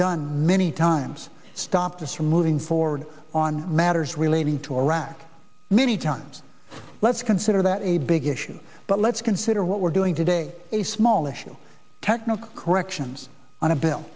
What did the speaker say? done many times stopped us from moving forward on matters relating to iraq many times let's consider that a big issue but let's consider what we're doing today a small issue technical corrections on a bill